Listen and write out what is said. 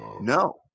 No